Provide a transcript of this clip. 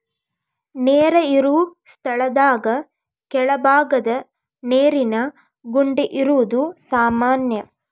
ನೇರ ಇರು ಸ್ಥಳದಾಗ ಕೆಳಬಾಗದ ನೇರಿನ ಗುಂಡಿ ಇರುದು ಸಾಮಾನ್ಯಾ